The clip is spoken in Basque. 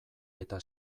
eta